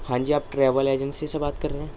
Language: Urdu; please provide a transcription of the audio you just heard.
ہاں جی آپ ٹریول ایجنسی سے بات کر رہے ہیں